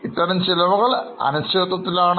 ഇത്തരം ചിലവുകൾ അനിശ്ചിതത്വത്തിലാണ്